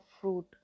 fruit